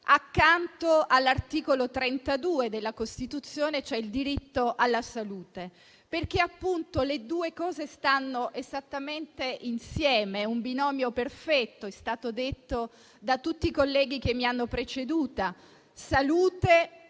accanto all'articolo 32 della Costituzione, relativo al diritto alla salute. Le due cose stanno esattamente insieme ed è un binomio perfetto: com'è stato detto da tutti i colleghi che mi hanno preceduta, salute e sport